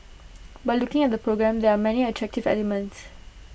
but looking at the programme there are many attractive elements